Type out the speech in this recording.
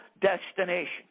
destination